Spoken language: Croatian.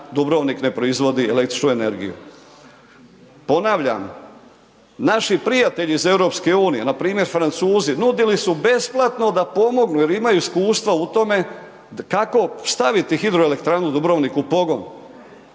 Dubrovnik ne proizvodi električnu energiju. Ponavljam, naši prijatelji iz EU, npr. Francuzi, nudili su besplatno, da pomognu jer imaju iskustva u tome, kako staviti hidroelektranu Dubrovnik u pogon.